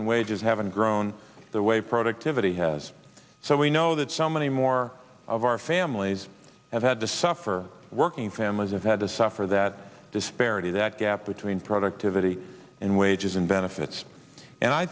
and wages haven't grown the way productivity has so we know that so many more of our families have had to suffer working families and had to suffer that disparity that gap between productivity and wages and benefits and i